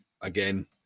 again